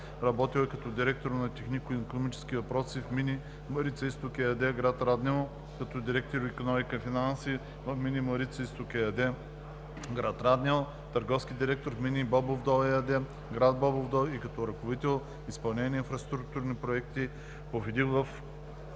Работил е като директор „Технико-икономически въпроси“ в „Мини Марица изток“ ЕАД, град Раднево, като директор „Икономика и финанси“ в „Мини Марица изток“ ЕАД, град Раднево, търговски директор в „Мини Бобов дол“ ЕАД, град Бобов дол и като ръководител „Изпълнение инфраструктурни проекти по